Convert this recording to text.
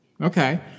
Okay